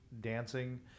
dancing